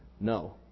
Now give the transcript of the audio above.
No